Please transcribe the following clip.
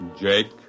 Jake